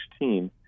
2016